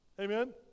Amen